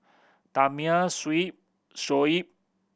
Damia Shuib Shoaib